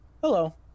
Hello